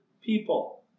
People